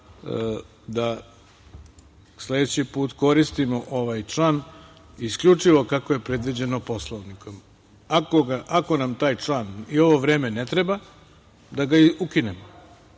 da sledeći put koristimo ovaj član isključivo kako je predviđeno Poslovnikom. Ako nam taj član i ovo vreme ne treba, da ga ukinemo.